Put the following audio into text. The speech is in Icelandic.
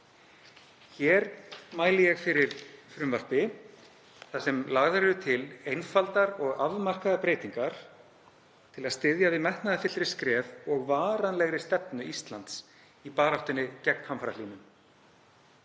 Hér mæli ég fyrir frumvarpi þar sem lagðar eru til einfaldar og afmarkaðar breytingar til að styðja við metnaðarfyllri skref og varanlegri stefnu Íslands í baráttunni gegn hamfarahlýnun.